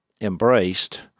embraced